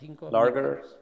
larger